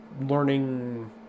learning